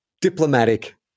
diplomatic